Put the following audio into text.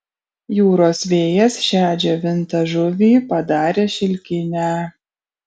jūros vėjas šią džiovintą žuvį padarė šilkinę